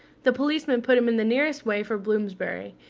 the policeman put him in the nearest way for bloomsbury,